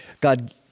God